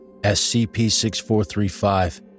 SCP-6435